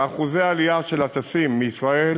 ואחוזי העלייה במספר הטסים מישראל